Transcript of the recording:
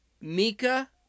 Mika